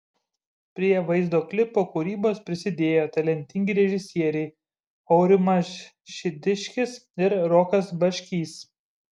prie vaizdo klipo kūrybos prisidėjo talentingi režisieriai aurimas šidiškis ir rokas baškys